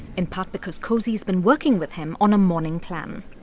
in part because cosey's been working with him on a morning plan.